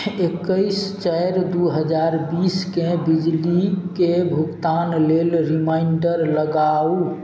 एकैस चारि दू हजार बीसके बिजलीके भुगतान लेल रिमाइण्डर लगाउ